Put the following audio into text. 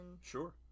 Sure